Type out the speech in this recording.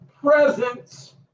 presence